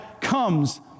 comes